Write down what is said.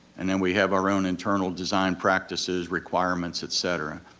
and then we have our own internal design practices, requirements, et cetera.